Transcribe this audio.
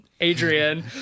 Adrian